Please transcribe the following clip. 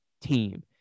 team